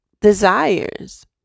desires